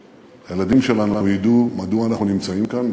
שהילדים שלנו לפחות ידעו מדוע אנחנו נמצאים כאן,